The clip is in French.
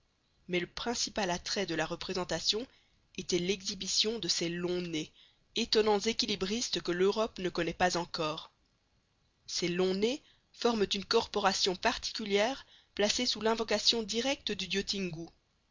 mais le principal attrait de la représentation était l'exhibition de ces longs nez étonnants équilibristes que l'europe ne connaît pas encore ces longs nez forment une corporation particulière placée sous l'invocation directe du dieu